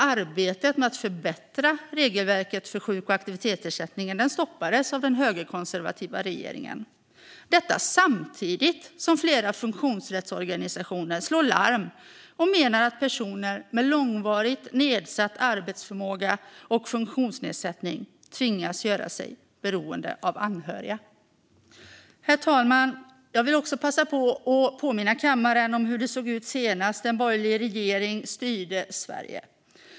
Arbetet med att förbättra regelverket för sjuk och aktivitetsersättningen stoppades alltså av den högerkonservativa regeringen, detta samtidigt som flera funktionsrättsorganisationer slår larm och menar att personer med långvarigt nedsatt arbetsförmåga och funktionsnedsättning tvingas göra sig beroende av anhöriga. Socialförsäkrings-frågor Herr talman! Jag vill också passa på att påminna kammaren om hur det såg ut senast en borgerlig regering styrde Sverige.